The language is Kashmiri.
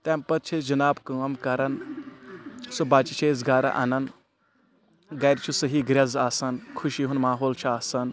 تَمہِ پَتہٕ چھِ أسۍ جِناب کٲم کَران سُہ بَچہِ چھِ أسۍ گَرٕ اَنان گَرِ چھُ صحیح گرٛٮ۪ز آسان خُوشی ہُنٛد ماحول چھُ آسان